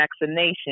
vaccination